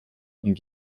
und